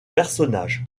personnage